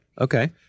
Okay